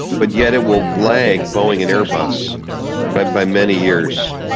but yet it will lag boeing and airbus by by many years.